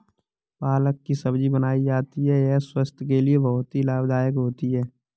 पालक की सब्जी बनाई जाती है यह स्वास्थ्य के लिए बहुत ही लाभदायक होती है